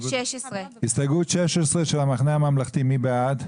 הסתייגות 16 של המחנה הממלכתי, מי בעד?